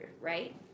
right